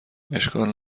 اشکال